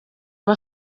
aba